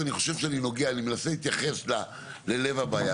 זה נראה לי הכי נורמלי.